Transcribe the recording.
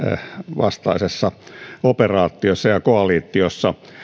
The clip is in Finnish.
vastaisessa operaatiossa ja koalitiossa